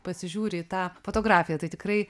pasižiūri į tą fotografiją tai tikrai